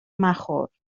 مخور